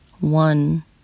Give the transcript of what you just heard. one